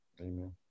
Amen